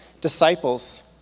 disciples